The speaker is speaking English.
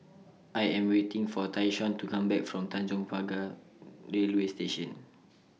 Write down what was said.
I Am waiting For Tyshawn to Come Back from Tanjong Pagar Railway Station